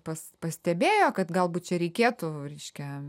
pas pastebėjo kad galbūt čia reikėtų reiškia